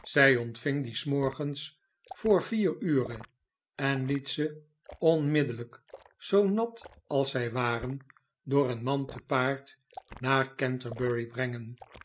zij ontving die s morgens voor vier ure en liet ze onmiddellijk zoo nat als zij waren door een man te paard naar canterbury brengen